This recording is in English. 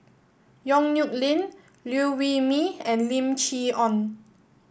Yong Nyuk Lin Liew Wee Mee and Lim Chee Onn